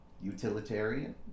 utilitarian